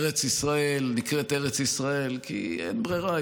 ארץ ישראל נקראת ארץ ישראל כי אין ברירה,